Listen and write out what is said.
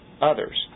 others